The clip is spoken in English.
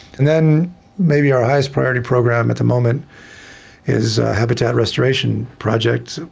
and then maybe our highest priority program at the moment is a habitat restoration project.